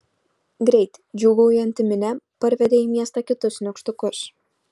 greit džiūgaujanti minia parvedė į miestą kitus nykštukus